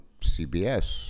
CBS